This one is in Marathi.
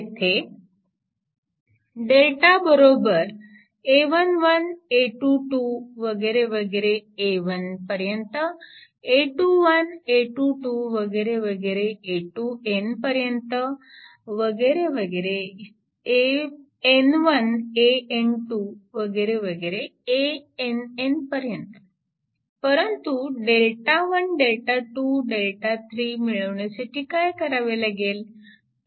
येथे परंतु Δ1 Δ2 Δ3 मिळवण्यासाठी काय करावे लागेल